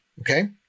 okay